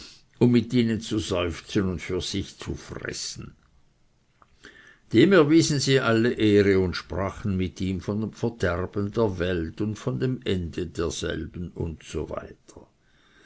um mit ihnen zu seufzen und für sich zu fressen dem erwiesen sie alle ehre und sprachen mit ihm von dem verderben der welt und dem ende derselben usw